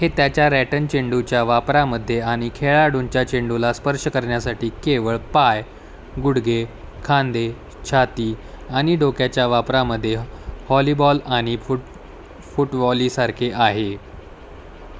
हे त्याच्या रॅटन चेंडूच्या वापरामध्ये आणि खेळाडूंच्या चेंडूला स्पर्श करण्यासाठी केवळ पाय गुडघे खांदे छाती आणि डोक्याच्या वापरामध्ये हॉलीबॉल आणि फूट फूटव्हॉलीसारखे आहे